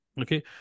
Okay